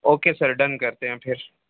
okay sir done کرتے ہیں پھر